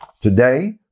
Today